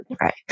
right